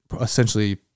essentially